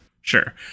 Sure